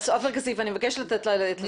עופר כסיף, אני מבקשת לתת לה לסיים לדבר.